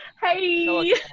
Hey